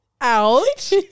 Ouch